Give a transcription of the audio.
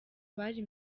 bari